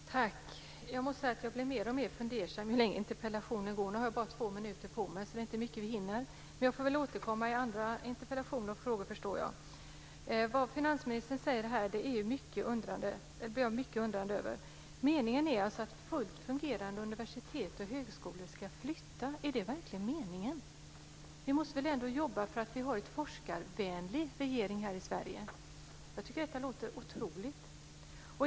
Fru talman! Jag måste säga att jag blir mer och mer fundersam ju längre interpellationsdebatten pågår. Nu har jag bara två minuter på mig, så det är inte mycket vi hinner, men jag får väl återkomma i andra interpellationer och frågor förstår jag. Vad finansministern säger ställer jag mig mycket undrande till. Meningen är alltså att fullt fungerande universitet och högskolor ska flytta - är det verkligen meningen? Vi måste väl ändå jobba för att ha en forskarvänlig regering här i Sverige. Jag tycker att detta låter otroligt.